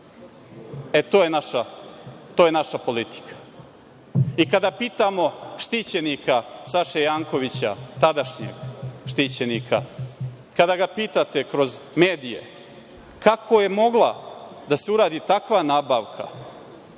To je naša politika. Kada pitamo štićenika Sašu Jankovića, tadašnjeg štićenika, kada ga pitate kroz medije kako je mogla da se uradi takva nabavka